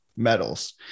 medals